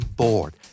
bored